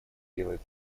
делает